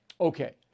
Okay